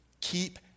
keep